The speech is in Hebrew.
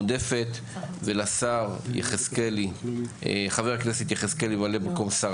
חבר הכנסת מלכיאלי, ימלא במקום שר